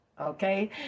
okay